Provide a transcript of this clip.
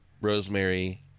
rosemary